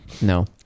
no